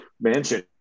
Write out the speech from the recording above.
mansion